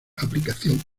aplicación